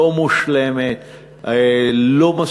לא מושלמת,